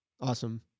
Awesome